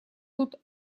тут